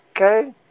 Okay